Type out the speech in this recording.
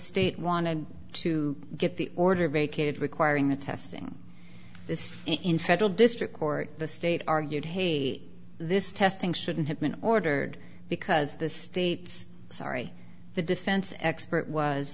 state wanted to get the order vacated requiring the testing this in federal district court the state argued haiti this testing shouldn't have been ordered because the state's sorry the defense expert was